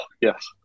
yes